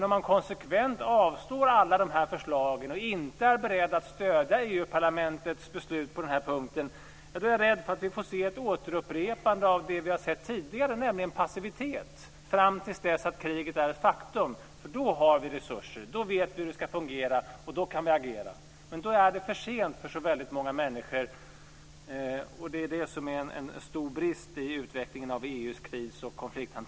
Om man konsekvent avslår alla de här förslagen och inte är beredd att stödja EU-parlamentets beslut på den här punkten är jag rädd att vi får se ett upprepande av det vi har sett tidigare, nämligen passivitet fram till dess att kriget är ett faktum. För då har vi resurser, då vet vi hur det ska fungera och då kan vi agera. Men då är det för sent för väldigt många människor. Detta är en stor brist i utvecklingen av